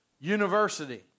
university